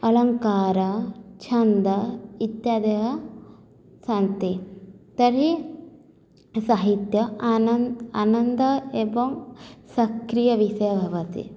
अलङ्कार छन्द इत्यादयः सन्ति तर्हि साहित्ये आनन्द् आनन्द एवं सक्रियविषयः भवति